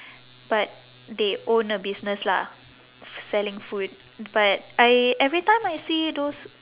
but they own a business lah selling food but I every time I see those